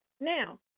now